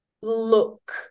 look